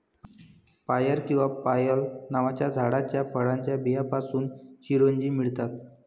पायर किंवा पायल नावाच्या झाडाच्या फळाच्या बियांपासून चिरोंजी मिळतात